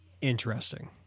interesting